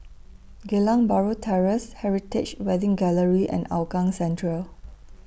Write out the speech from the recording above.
Geylang Bahru Terrace Heritage Wedding Gallery and Hougang Central